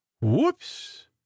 whoops